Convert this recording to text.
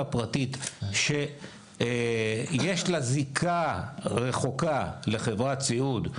פרטית שיש לה זיקה רחוקה לחברת סיעוד.